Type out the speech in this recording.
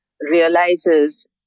realizes